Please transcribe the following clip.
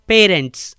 Parents